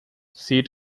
sea